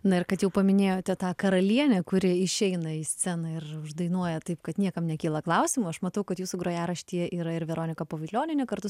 na ir kad jau paminėjote tą karalienę kuri išeina į sceną ir uždainuoja taip kad niekam nekyla klausimų aš matau kad jūsų grojaraštyje yra ir veronika povilionienė kartu